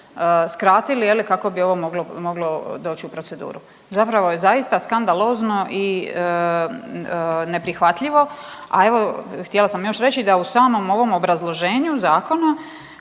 skratili je li kako bi ovo moglo, moglo doći u proceduru. Zapravo je zaista skandalozno i neprihvatljivo. A evo htjela sam još reći da u samom ovom obrazloženju zakona